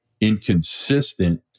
inconsistent